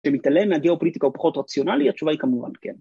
‫ומתעלם מהגיאופוליטיקה ‫הוא פחות רציונלי, התשובה היא כמובן כן.